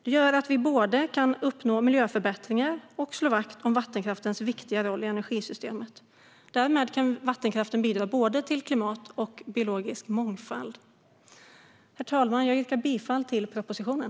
Det gör att vi både kan uppnå miljöförbättringar och slå vakt om vattenkraftens viktiga roll i energisystemet. Därmed kan vattenkraften bidra till både klimat och biologisk mångfald. Herr talman! Jag yrkar bifall till propositionen.